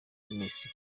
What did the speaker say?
misi